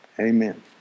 Amen